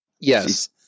Yes